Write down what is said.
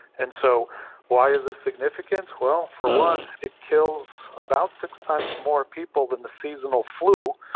and so why is this significant? well, for one it kills about six times more people than the seasonal flu,